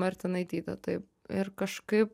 martinaitytę taip ir kažkaip